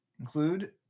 include